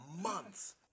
months